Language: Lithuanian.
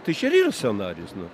tai čia ir yra scenarijus nu